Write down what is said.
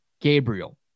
Gabriel